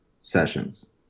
sessions